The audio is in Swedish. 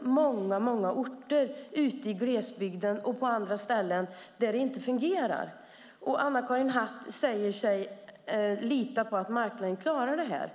om många orter ute i glesbygden och på andra ställen där detta inte fungerar. Anna-Karin Hatt säger sig lita på att marknaden klarar detta.